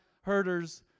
herders